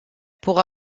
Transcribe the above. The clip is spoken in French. pour